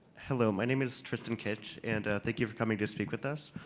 hello, my name is tristan kitch, and thank you for coming to speak with us.